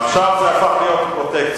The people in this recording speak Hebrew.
עכשיו זה הפך להיות פרוטקציה.